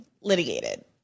litigated